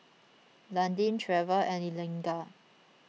Landin Treva and Eliga